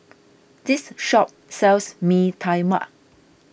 this shop sells Mee Tai Mak